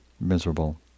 miserable